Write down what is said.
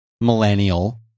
millennial